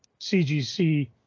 CGC